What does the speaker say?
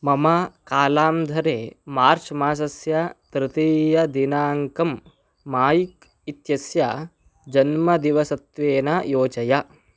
मम कालान्धरे मार्च् मासस्य तृतीयदिनाङ्कं माय्क् इत्यस्य जन्मदिवसत्वेन योजय